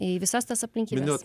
į visas tas aplinkybes